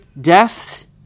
death